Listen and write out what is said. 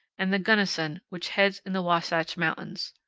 and the gunnison, which heads in the wasatch mountains.